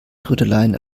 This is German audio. trödeleien